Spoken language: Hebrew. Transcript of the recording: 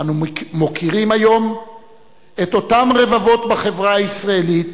אנו מוקירים היום את אותם רבבות בחברה הישראלית